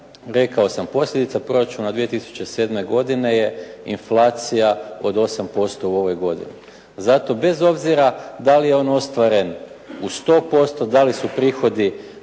rekao sam, posljedica proračuna 2007. godine je inflacija od 8% u ovoj godini. Zato bez obzira da li je on ostvaren u 100%, da li su prihodi